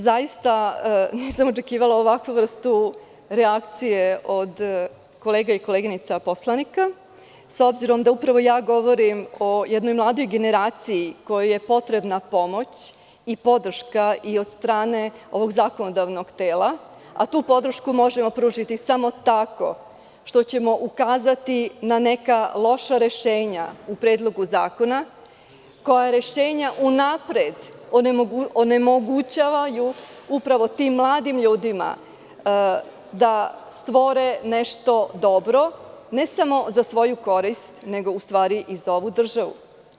Zaista nisam očekivala ovakvu vrstu reakcije od kolega i koleginica poslanika, s obzirom da ja upravo govorim o jednoj mladoj generaciji kojoj je potrebna pomoć i podrška i od strane ovog zakonodavnog tela, a tu podršku možemo pružiti samo tako što ćemo ukazati na neka loša rešenja u Predlogu zakona, koja rešenja unapred onemogućavaju upravo tim mladim ljudima da stvore nešto dobro, ne samo za svoju korist, nego i za ovu državu.